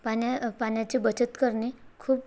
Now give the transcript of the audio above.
पाण्या पाण्याची बचत करणे खूप